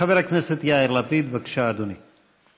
חבר הכנסת יאיר לפיד, בבקשה, אדוני.